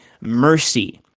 mercy